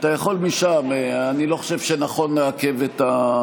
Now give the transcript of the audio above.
בסיום התואר באוניברסיטה העברית השתלב גולומב כחוקר בבנק ישראל.